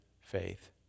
faith